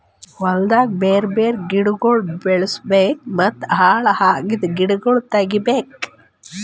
ಹೊಲ್ದಾಗ್ ಬ್ಯಾರೆ ಬ್ಯಾರೆ ಬೆಳಿಗೊಳ್ ಬೆಳುಸ್ ಬೇಕೂ ಮತ್ತ ಹಾಳ್ ಅಗಿದ್ ಗಿಡಗೊಳ್ ತೆಗಿಬೇಕು